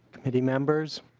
committee members